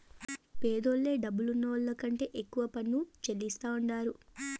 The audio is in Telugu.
పేదోల్లే డబ్బులున్నోళ్ల కంటే ఎక్కువ పన్ను చెల్లిస్తాండారు